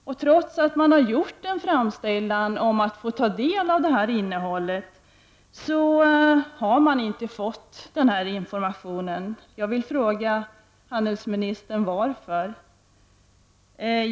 Men trots att man har gjort en framställan om att få ta del av innehållet, har man inte fått någon information. Jag vill fråga handelsministern: varför?